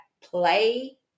play